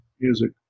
music